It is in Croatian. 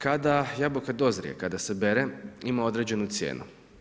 Kada jabuka dozrije, kada se bere, ima određenu cijenu.